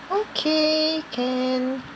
okay can